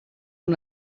amb